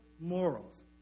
morals